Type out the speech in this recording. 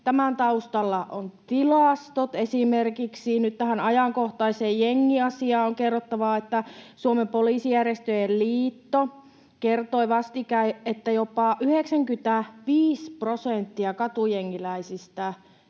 Tämän taustalla ovat tilastot. Esimerkiksi nyt tähän ajankohtaiseen jengiasiaan on kerrottava, että Suomen Poliisijärjestöjen Liitto kertoi vastikään, että jopa 95 prosentilla katujengiläisistä